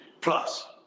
plus